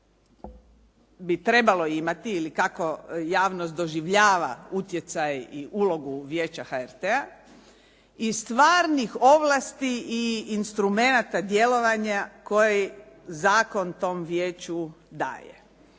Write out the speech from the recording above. bi trebalo imati ili kako javnost doživljava utjecaj i ulogu Vijeća HRT-a i stvarnih ovlasti i instrumenata djelovanja koji zakon tom vijeću daje.